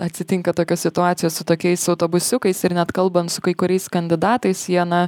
atsitinka tokios situacijos su tokiais autobusiukais ir net kalbant su kai kuriais kandidatais jie na